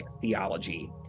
theology